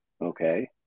okay